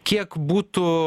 kiek būtų